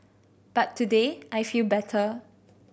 but today I feel better